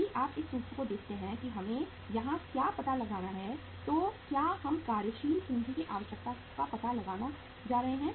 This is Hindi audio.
यदि आप इस सूत्र को देखते हैं कि हमें यहां क्या पता लगाना है तो क्या हम कार्यशील पूंजी की आवश्यकता का पता लगाने जा रहे हैं